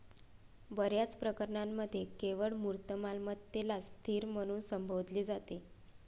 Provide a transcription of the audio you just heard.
बर्याच प्रकरणांमध्ये केवळ मूर्त मालमत्तेलाच स्थिर म्हणून संबोधले जाते